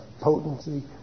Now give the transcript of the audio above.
potency